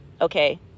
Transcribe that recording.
okay